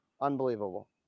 Unbelievable